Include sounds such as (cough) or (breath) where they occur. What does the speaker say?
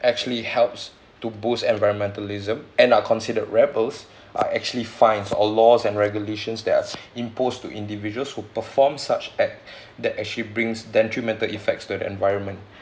actually helps to boost environmentalism and are considered rebels are actually fined or laws and regulations that are imposed to individuals who performed such act (breath) that actually brings detrimental effects to the environment